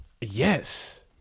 Yes